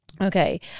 okay